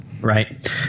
right